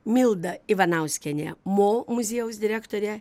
milda ivanauskienė mo muziejaus direktorė